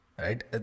right